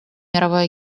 мировой